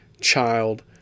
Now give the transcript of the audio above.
child